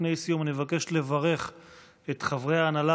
לפני סיום אני אבקש לברך את חברי ההנהלה